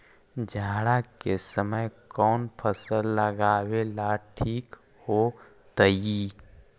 जाड़ा के समय कौन फसल लगावेला ठिक होतइ?